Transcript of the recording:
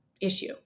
issue